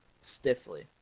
stiffly